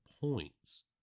points